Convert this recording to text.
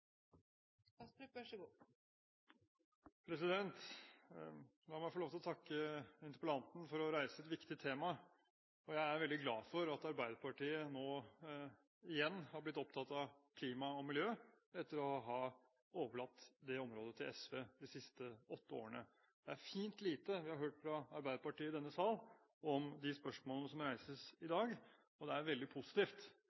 veldig glad for at Arbeiderpartiet igjen har blitt opptatt av klima og miljø, etter å ha overlatt det området til SV de siste åtte årene. Det er fint lite vi har hørt fra Arbeiderpartiet i denne sal om de spørsmålene som reises i